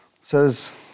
says